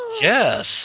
Yes